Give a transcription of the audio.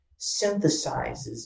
synthesizes